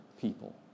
people